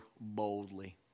boldly